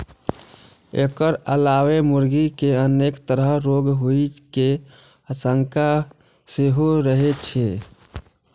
एकर अलावे मुर्गी कें अनेक तरहक रोग होइ के आशंका सेहो रहै छै